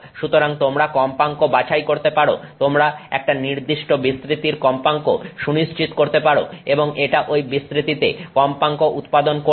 সুতরাং তোমরা কম্পাঙ্ক বাছাই করতে পারো তোমরা একটা নির্দিষ্ট বিস্তৃতির কম্পাঙ্ক সুনিশ্চিত করতে পারো এবং এটা ঐ বিস্তৃতিতে কম্পাঙ্ক উৎপাদন করবে